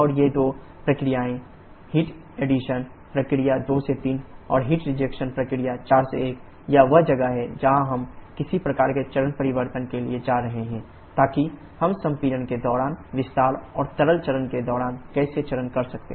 और ये दो प्रक्रियाएं हीट एडिशन प्रक्रिया 2 3 और हीट रिजेक्शन प्रक्रिया 4 1 यह वह जगह है जहां हम किसी प्रकार के चरण परिवर्तन के लिए जा रहे हैं ताकि हम संपीड़न के दौरान विस्तार और तरल चरण के दौरान गैसीय चरण कर सकें